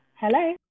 hello